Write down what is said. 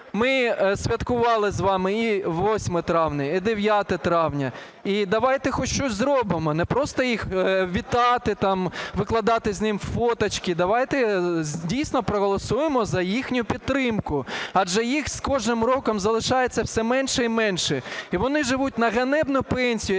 Ми святкували з вами і 8 травня і 9 травня. І давайте хоч щось зробимо, не просто їх вітати там, викладати з ними фоточки, давайте дійсно проголосуємо за їхню підтримку. Адже їх з кожним роком залишається все менше і менше і вони живуть на ганебну пенсію,